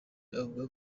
bavugaga